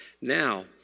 Now